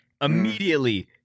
Immediately